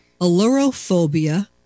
allurophobia